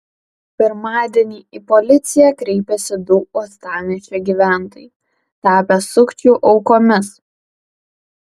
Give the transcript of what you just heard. pirmadienį į policiją kreipėsi du uostamiesčio gyventojai tapę sukčių aukomis